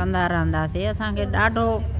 कंदा रहंदासीं असांखे ॾाढो